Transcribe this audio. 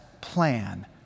plan